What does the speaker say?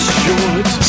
short